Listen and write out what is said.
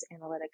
analytics